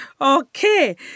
Okay